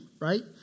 right